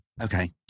Okay